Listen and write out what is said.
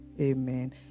Amen